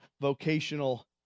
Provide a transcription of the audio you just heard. vocational